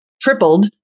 tripled